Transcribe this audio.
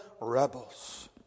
rebels